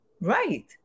right